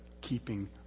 keeping